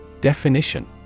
Definition